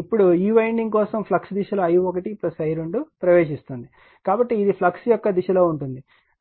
ఇప్పుడు ఈ వైండింగ్ కోసం ఫ్లక్స్ దిశలో i1 i2 ప్రవేశిస్తుంది కాబట్టి ఇది ఫ్లక్స్ యొక్క దిశ లో ఉంటుంది